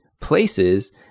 places